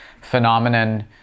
phenomenon